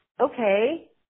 okay